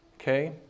okay